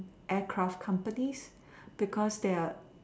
aircraft companies because they are